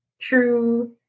true